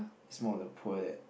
is more of the poor that